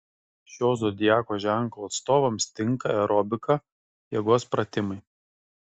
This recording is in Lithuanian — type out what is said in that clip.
šio zodiako ženklo atstovams tinka aerobika jėgos pratimai